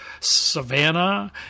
Savannah